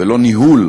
ולא ניהול,